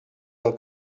del